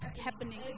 happening